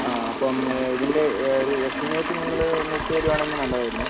അപ്പം ഇതിൻ്റെ ഒരു എസ്റ്റിമേറ്റ് നിങ്ങൾ ഒന്ന് ഇട്ട് തരുവാണെങ്കിൽ നല്ലതായിരുന്നു